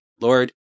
Lord